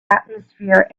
atmosphere